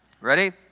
Ready